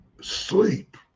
sleep